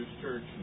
church